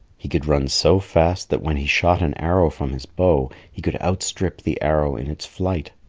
he could run so fast that when he shot an arrow from his bow, he could outstrip the arrow in its flight.